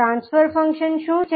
transfer function શું છે